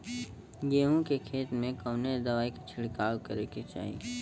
गेहूँ के खेत मे कवने दवाई क छिड़काव करे के चाही?